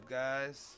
guys